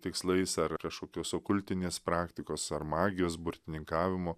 tikslais ar kažkokio su kultinės praktikos ar magijos burtininkavimo